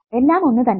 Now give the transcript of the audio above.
എല്ലാം ഒന്ന് തന്നെ